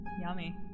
Yummy